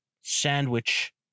sandwich